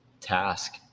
task